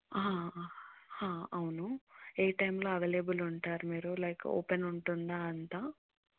అవును ఏ టైంలో అవైలబుల్ ఉంటారు మీరు లైక్ ఓపెన్ ఉంటుందా అంతా